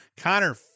Connor